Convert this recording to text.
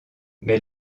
mais